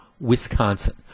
Wisconsin